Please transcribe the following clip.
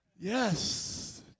Yes